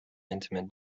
intimate